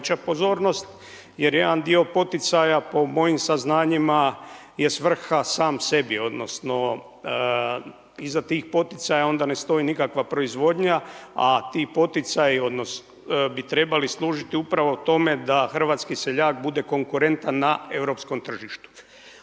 pozornost. Jer jedan dio poticaja po mojim saznanjima je svrha sam sebi, odnosno, iza tih poticaja ne stoji nikakva proizvodnja, a ti poticaji bi trebali služit upravo tome da hrvatski seljak bude konkurentan na europskom tržištu.